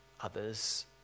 others